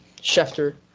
schefter